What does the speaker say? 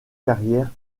carrière